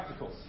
practicals